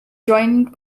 joined